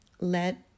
let